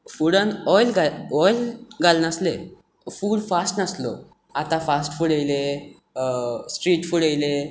फुडांत oil घालनासले food fast नासलो आतां फास्ट फूड आयले स्ट्रीट फूड आयलें